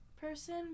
person